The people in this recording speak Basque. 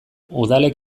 udalek